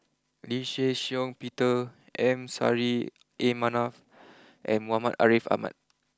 Lee Shih Shiong Peter M Saffri A Manaf and Muhammad Ariff Ahmad